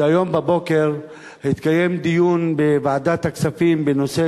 שהיום בבוקר התקיים דיון בוועדת הכספים בנושא